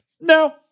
No